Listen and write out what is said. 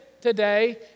today